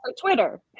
twitter